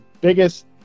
biggest